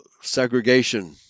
segregation